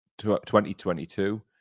2022